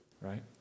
right